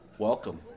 Welcome